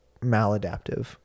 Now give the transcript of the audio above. maladaptive